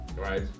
Right